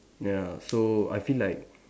ya so I feel like